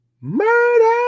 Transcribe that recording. murder